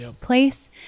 place